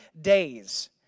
days